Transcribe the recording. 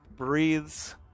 breathes